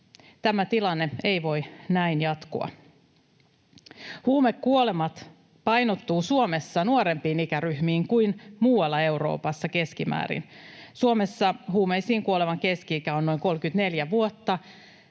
Tämä tilanne ei voi näin jatkua. Huumekuolemat painottuvat Suomessa nuorempiin ikäryhmiin kuin muualla Euroopassa keskimäärin. Suomessa huumeisiin kuolevan keski-ikä on noin 34 vuotta,